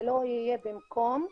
זה לא יהיה במקום,